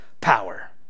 power